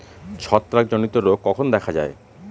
ছত্রাক জনিত রোগ কখন দেখা য়ায়?